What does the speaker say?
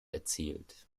erzählt